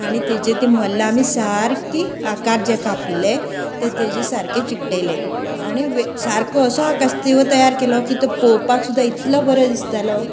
आनी तेजेर ती मल्ला आमी सारकी आकार जे कापिल्ले तें तेजे सारके चिकटयले आनी सारको असो आकाशदिवो तयार केलो की तो पळोवपाक सुद्दां इतलो बरो दिसतालो